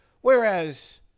Whereas